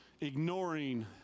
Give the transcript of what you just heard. ignoring